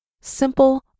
simple